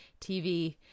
TV